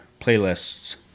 playlists